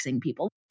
people